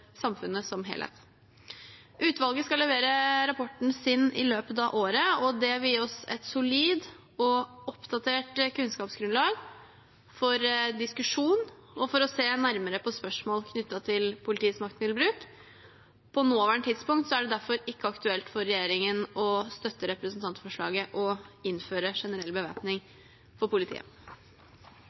samfunnet som helhet. Utvalget skal levere rapporten sin i løpet av året, og den vil gi oss et solid og oppdatert kunnskapsgrunnlag for diskusjon og for å se nærmere på spørsmål knyttet til politiets maktmiddelbruk. På nåværende tidspunkt er det derfor ikke aktuelt for regjeringen å støtte representantforslaget om å innføre generell bevæpning av politiet.